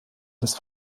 des